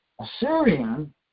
Assyrian